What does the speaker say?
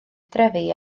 drefi